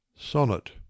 Sonnet